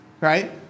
right